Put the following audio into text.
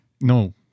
No